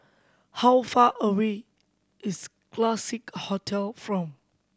how far away is Classique Hotel from